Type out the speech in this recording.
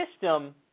system